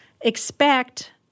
expect